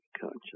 conscious